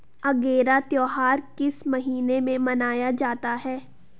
अगेरा त्योहार किस महीने में मनाया जाता है?